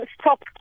stop